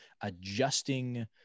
adjusting